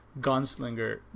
gunslinger